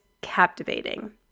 captivating